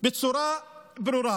בצורה ברורה.